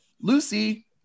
Lucy